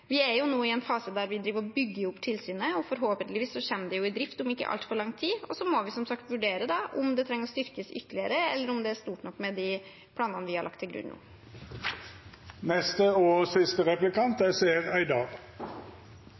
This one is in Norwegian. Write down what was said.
Vi er nå i en fase der vi bygger opp tilsynet, og forhåpentligvis kommer det i drift om ikke altfor lang tid. Så må vi som sagt vurdere om det behøver å styrkes ytterligere, eller om det er stort nok med de planene vi nå har lagt til grunn. Jeg registrerte at statsråden sa at vi har et regelverk som fungerer godt. Det er